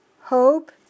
hope